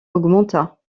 augmenta